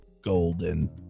Golden